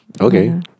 Okay